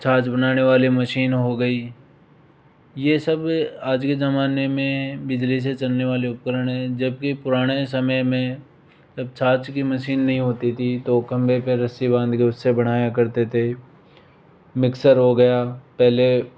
छाछ बनाने वाली मशीन हो गई ये सब आज के ज़माने में बिजली से चलने वाले उपकरण हैं जबकी पुराने समय में जब छाछ की मशीन नहीं होती थी तो खंबे पे रस्सी बांध के उससे बनाए करते थे मिक्सर हो गया पहले